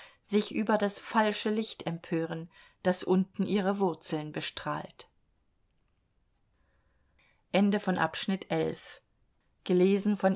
sich über das falsche licht empören das unten ihre wurzeln bestrahlt